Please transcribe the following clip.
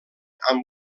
amb